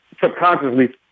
subconsciously